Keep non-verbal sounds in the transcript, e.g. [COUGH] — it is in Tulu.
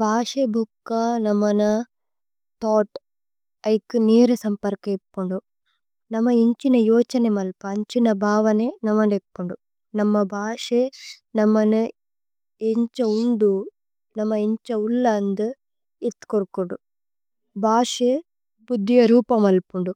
ഭാശേ ബുക്ക നമന ഥോഅത് ഐകു നീര। [NOISE] സമ്പര്ക ഇപ്പോന്ദു നമ ഇന്ഛിന। ജോഛനേമ് അല്പ ഇന്ഛിന ബവനേ നമന്ദേ। ഇപ്പോന്ദു നമ ബാശേ നമന ഇന്ഛ ഉന്ദു। നമ ഇന്ഛ ഉല്ല അന്ദു ഇത്ഥ്കോരുകോന്ദു। ഭാശേ പുദ്ധ്യ രൂപമ് അല്പോന്ദു